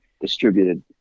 distributed